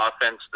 offense